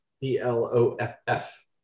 B-L-O-F-F